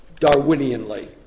Darwinianly